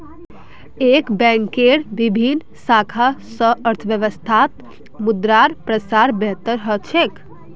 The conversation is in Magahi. एक बैंकेर विभिन्न शाखा स अर्थव्यवस्थात मुद्रार प्रसार बेहतर ह छेक